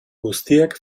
guztiek